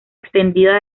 extendida